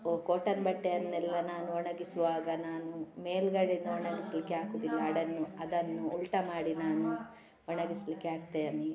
cotton ಬಟ್ಟೆಯನ್ನೆಲ್ಲ ನಾನು ಒಣಗಿಸುವಾಗ ನಾನು ಮೇಲುಗಡೆಯಿಂದ ಒಣಗಿಸಲಿಕ್ಕೆ ಹಾಕುದಿಲ್ಲ ಅಡನ್ ಅದನ್ನು ಉಲ್ಟ ಮಾಡಿ ನಾನು ಒಣಗಿಸಲಿಕ್ಕೆ ಹಾಕ್ತೇನೆ